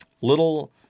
Little